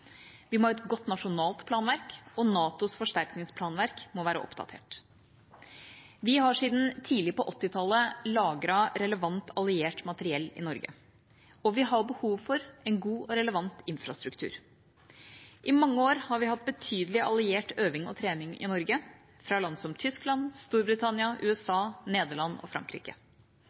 Vi må ha et godt nasjonalt planverk, og NATOs forsterkningsplanverk må være oppdatert. Vi har siden tidlig på 1980-tallet lagret relevant alliert materiell i Norge, og vi har behov for en god og relevant infrastruktur. I mange år har vi hatt betydelig alliert øving og trening i Norge, fra land som Tyskland, Storbritannia, USA, Nederland og Frankrike.